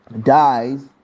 dies